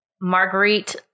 Marguerite